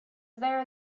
there